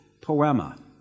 Poema